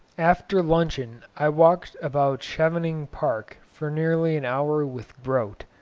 after luncheon i walked about chevening park for nearly an hour with grote,